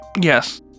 Yes